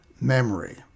memory